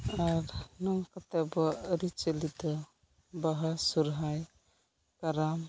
ᱟᱨ ᱱᱚᱝᱠᱟᱛᱮ ᱟᱵᱩᱣᱟᱜ ᱟᱹᱨᱤᱪᱟᱹᱞᱤ ᱛᱮ ᱵᱟᱦᱟ ᱥᱚᱦᱚᱨᱟᱭ ᱠᱟᱨᱟᱢ